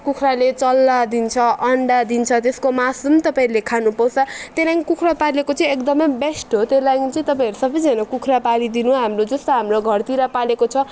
कुखुराले चल्ला दिन्छ अन्डा दिन्छ त्यसको मासुहरू पनि तपाईँहरूले खान पाउँछ त्यही लागि कुखुरा पालेको चाहिँ एकदमै बेस्ट हो त्यो लागि चाहिँ तपाईँहरू सबैजना कुखुरा पालिदिनु हाम्रो जस्तो हाम्रो घरतिर पालेको छ